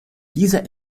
diese